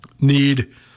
need